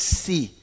see